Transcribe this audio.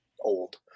old